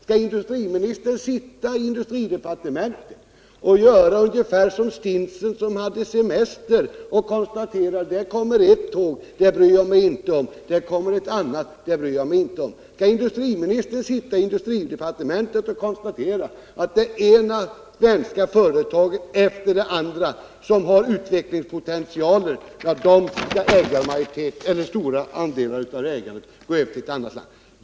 Skall industriministern sitta i industridepartementet och göra ungefär som stinsen som hade semester och konstaterade: Där kommer ett tåg — det bryr jag mig inte om. Där kommer ett annat tåg — det bryr jag mig inte heller om. Skall industriministern sitta i industridepartementet och se hur stora delar av ägandet går över till andra länder i det ena svenska företaget efter det andra som har utvecklingspotentialer?